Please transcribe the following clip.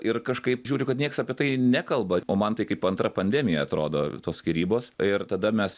ir kažkaip žiūriu kad nieks apie tai nekalba o man tai kaip antra pandemija atrodo tos skyrybos ir tada mes